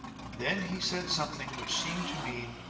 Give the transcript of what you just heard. then he said something which seemed to mean,